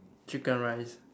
chicken rice